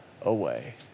away